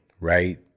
right